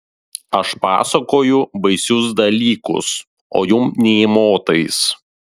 aš pasakoju baisius dalykus o jum nė motais